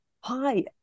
hi